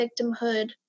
victimhood